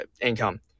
income